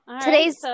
Today's